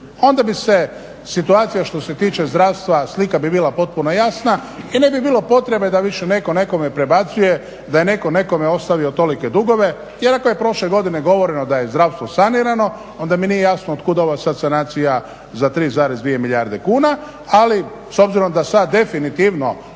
Onda bi se situacija što se tiče zdravstva slika bi bila potpuno jasna i ne bi bilo potrebe da više neko nekome prebacuje, da je neko nekome ostavio tolike dugove jer ako je prošle godine govoreno da je zdravstvo sanirano onda mi nije jasno od kuda ova sada sanacija za 3,2 milijarde kuna. ali s obzirom da sada definitivno